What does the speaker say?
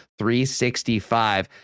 365